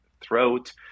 throat